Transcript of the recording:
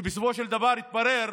ובסופו של דבר התברר